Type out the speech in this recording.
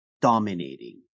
dominating